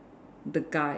the guy